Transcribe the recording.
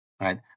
Right